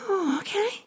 Okay